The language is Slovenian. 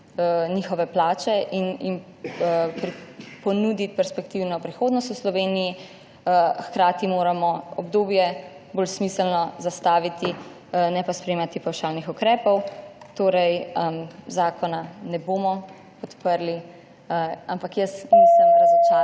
plače mladim in jim ponuditi perspektivno prihodnost v Sloveniji. Hkrati moramo obdobje bolj smiselno zastaviti, ne pa sprejemati pavšalnih ukrepov. Zakona ne bomo podprli. Ampak jaz nisem razočarana,